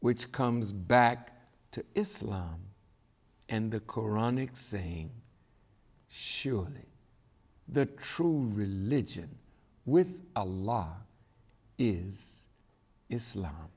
which comes back to islam and the koran nixing surely the true religion with a law is islam